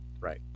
Right